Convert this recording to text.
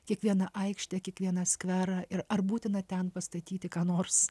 kiekvieną aikštę kiekvieną skverą ir ar būtina ten pastatyti ką nors